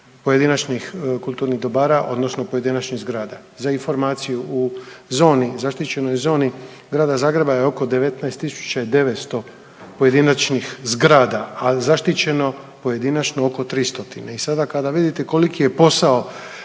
pojedinačnih kulturnih dobara odnosno pojedinačnih zgrada. Za informaciju u zoni, zaštićenoj zoni Grada Zagreba je oko 19.900 pojedinačnih zgrada, a zaštićeno pojedinačno oko 300.